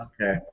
Okay